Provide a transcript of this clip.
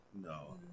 no